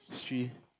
history